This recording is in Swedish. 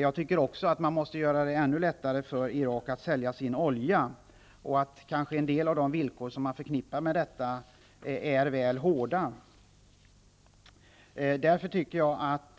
Jag tycker också att man måste göra det ännu lättare för Irak att sälja sin olja. En del av de villkor som man förknippar med detta är kanske väl hårda. Därför tycker jag att